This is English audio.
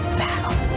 battle